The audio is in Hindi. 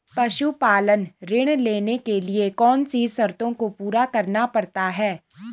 पशुपालन ऋण लेने के लिए कौन सी शर्तों को पूरा करना पड़ता है?